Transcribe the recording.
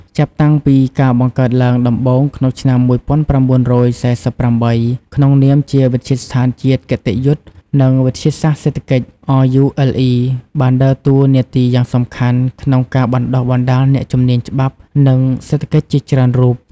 ចាប់តាំងពីការបង្កើតឡើងដំបូងក្នុងឆ្នាំ ១៩៤៨ ក្នុងនាមជាវិទ្យាស្ថានជាតិគតិយុត្តិ និងវិទ្យាសាស្ត្រសេដ្ឋកិច្ច RULE បានដើរតួនាទីយ៉ាងសំខាន់ក្នុងការបណ្តុះបណ្តាលអ្នកជំនាញច្បាប់ និងសេដ្ឋកិច្ចជាច្រើនរូប។